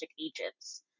agents